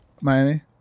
Miami